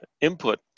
input